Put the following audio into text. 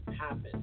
happen